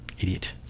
idiot